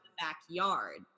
backyard